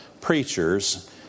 preachers